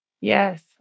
Yes